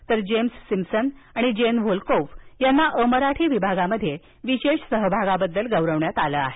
तर James Simpson आणि Jane Volkov यांना अमराठी विभागात विशेष सहभागाबद्दल गौरवण्यात आले आहे